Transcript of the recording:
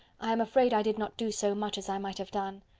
i am afraid i did not do so much as i might have done!